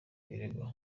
birego